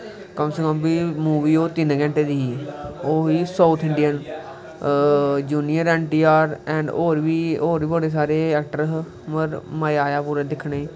कम से कम मूवी ओह् तिन्न घैंटे दी ही ओह् ही south Indian junior N T R होर बी बड़े सारे ऐक्टर हे मगर मज़ा आया पूरा दिक्खने गी